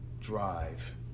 drive